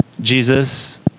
Jesus